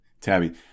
tabby